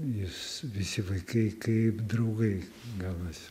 jūs visi vaikai kaip draugai gavosi